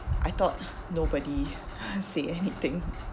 I thought nobody say anything